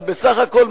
אבל בסך הכול,